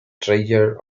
treasures